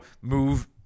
move